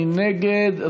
מי נגד?